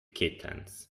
kittens